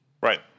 Right